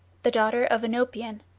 the daughter of oenopion,